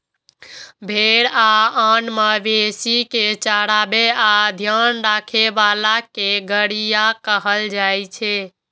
भेड़ आ आन मवेशी कें चराबै आ ध्यान राखै बला कें गड़ेरिया कहल जाइ छै